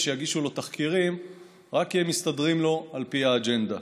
שיגישו לו תחקירים רק אם הם מסתדרים לו על פי האג'נדה.